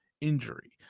injury